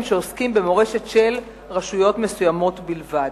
שעוסקים במורשת של רשויות מסוימות בלבד.